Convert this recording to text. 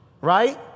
right